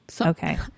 okay